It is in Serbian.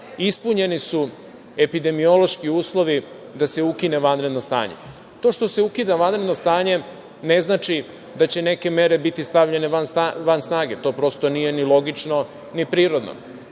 ispunjeni su epidemiološki uslovi da se ukine vanredno stanje. To što se ukida vanredno stanje ne znači da će neke mere biti stavljene van snage, to prosto nije ni logično, ni prirodno.